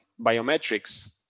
biometrics